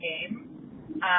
game